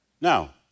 Now